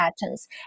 patterns